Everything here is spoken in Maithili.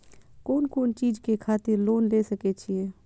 कोन कोन चीज के खातिर लोन ले सके छिए?